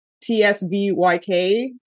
T-S-V-Y-K